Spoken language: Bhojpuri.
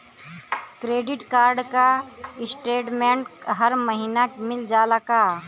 क्रेडिट कार्ड क स्टेटमेन्ट हर महिना मिल जाला का?